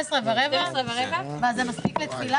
הישיבה ננעלה